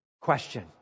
Question